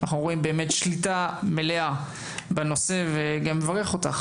אנחנו רואים שליטה מלאה בנושא ואני מברך אותך